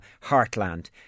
heartland